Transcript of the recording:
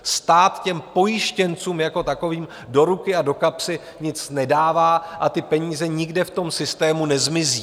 Stát těm pojištěncům jako takovým do ruky a do kapsy nic nedává a ty peníze nikde v tom systému nezmizí.